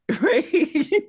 right